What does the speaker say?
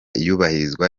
iyubahirizwa